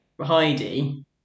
Heidi